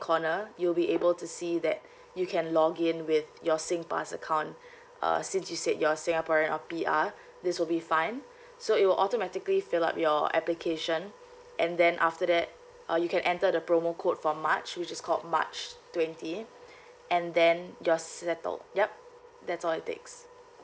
corner you'll be able to see that you can login with your singpass account uh since you said you're singaporean or P_R this will be fine so it will automatically fill up your application and then after that uh you can enter the promo code for march which is called march twenty and then you're settled yup that's all it takes